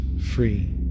free